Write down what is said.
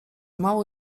mało